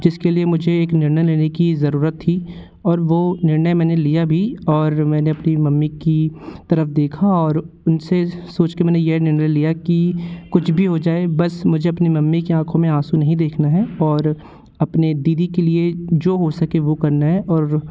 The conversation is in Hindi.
जिसके लिए मुझे एक निर्णय लेने की ज़रूरत थी और वह निर्णय मैंने लिया भी और मैंने अपनी मम्मी की तरफ देखा और उनसे सोच कर मैंने यह निर्णय लिया कि कुछ भी हो जाए बस मुझे अपनी मम्मी की आँखों में आँसू नहीं देखना है और अपने दीदी के लिए जो हो सके वह करना है और